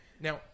now